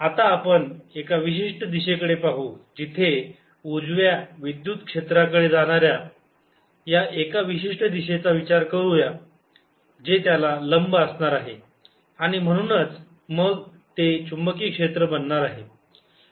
आता आपण एका विशिष्ट दिशेकडे पाहू जिथे उजव्या विद्युत क्षेत्राकडे जाणाऱ्या या एका विशिष्ट दिशेचा विचार करूया जे त्याला लंब असणार आहेत आणि म्हणूनच मग ते चुंबकीय क्षेत्र बनणार आहे